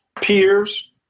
peers